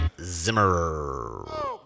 Zimmer